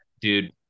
dude